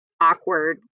awkward